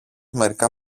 μερικά